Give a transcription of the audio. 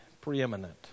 preeminent